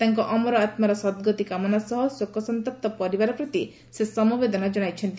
ତାଙ୍କ ଅମର ଆମାର ସଦ୍ଗତି କାମନା ସହ ଶୋକସନ୍ତପ୍ତ ପରିବାର ପ୍ରତି ସେ ସମବେଦନା ଜଶାଇଛନ୍ତି